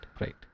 right